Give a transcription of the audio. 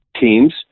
teams